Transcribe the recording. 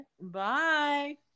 Bye